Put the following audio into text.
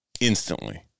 instantly